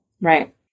Right